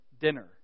dinner